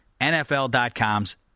NFL.com's